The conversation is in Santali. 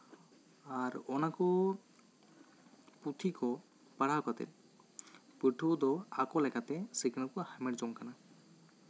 ᱟᱨ ᱚᱱᱟ ᱠᱚ ᱯᱩᱸᱛᱷᱤ ᱠᱚ ᱯᱟᱲᱦᱟᱣ ᱠᱟᱛᱮᱫ ᱯᱟᱹᱴᱷᱣᱟᱹ ᱫᱚ ᱟᱠᱚ ᱞᱮᱠᱟᱛᱮ ᱥᱤᱠᱷᱱᱟᱹᱛ ᱠᱚ ᱦᱟᱢᱮᱴ ᱡᱚᱝ ᱠᱟᱱᱟ